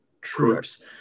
troops